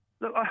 Look